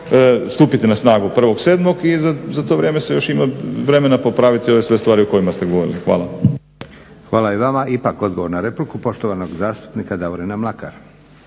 stupiti na snagu 1.7. i za to vrijeme se još ima vremena popraviti ove sve stvari o kojima ste govorili. Hvala. **Leko, Josip (SDP)** Hvala i vama. Ipak odgovor na repliku poštovanog zastupnika Davorina Mlakara.